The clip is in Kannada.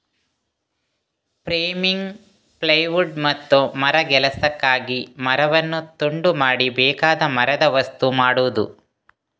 ಫ್ರೇಮಿಂಗ್, ಪ್ಲೈವುಡ್ ಮತ್ತು ಮರಗೆಲಸಕ್ಕಾಗಿ ಮರವನ್ನು ತುಂಡು ಮಾಡಿ ಬೇಕಾದ ಮರದ ವಸ್ತು ಮಾಡುದು